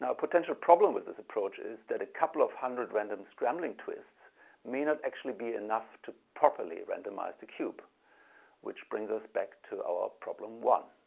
potential problem with this approach is that a couple of hundred random scrambling twists may not actually be enough to properly randomize the cube which brings us back to our problem one.